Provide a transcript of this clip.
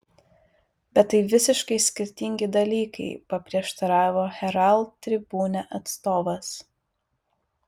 bet tai visiškai skirtingi dalykai paprieštaravo herald tribune atstovas